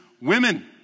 women